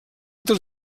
dels